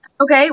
Okay